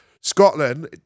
Scotland